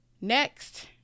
Next